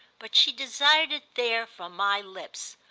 but she desired it there from my lips.